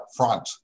upfront